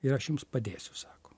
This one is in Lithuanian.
ir aš jums padėsiu sako